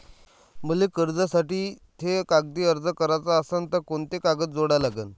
मले कर्जासाठी थे कागदी अर्ज कराचा असन तर कुंते कागद जोडा लागन?